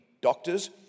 doctors